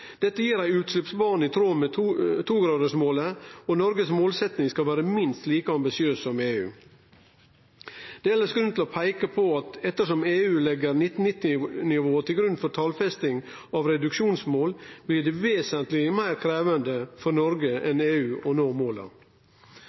Dette gir ein utsleppsbane i tråd med togradersmålet, og Noregs målsetjing skal vere minst like ambisiøs som EUs. Det er elles grunn til å peike på at ettersom EU legg 1990-nivået til grunn for talfesting av reduksjonsmål, blir det vesentleg meir krevjande for Noreg enn for EU å nå måla.